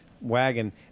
wagon